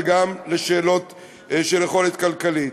וגם לשאלות של יכולת כלכלית.